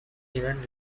event